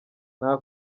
nta